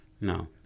No